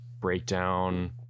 breakdown